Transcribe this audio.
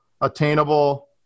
attainable